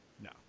no